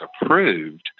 approved